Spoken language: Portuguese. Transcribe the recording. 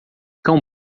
cão